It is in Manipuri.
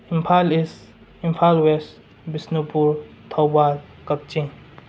Imphal east Imphal west Bishnupur Thoubal Kakching